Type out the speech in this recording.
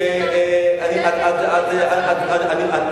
האם זה אמור להיות בתקופה שהם אמורים לשרת בצבא-הגנה לישראל?